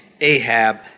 Ahab